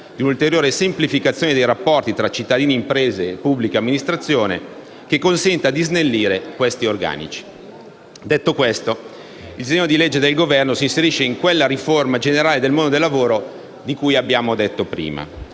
di un’ulteriore semplificazione dei rapporti tra cittadini, imprese e pubblica amministrazione che consenta di snellire gli organici. Detto questo, il disegno di legge del Governo si inserisce in quella riforma generale del mondo del lavoro di cui abbiamo detto prima.